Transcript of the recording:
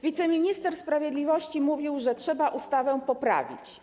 Wiceminister sprawiedliwości mówił, że trzeba ustawę poprawić.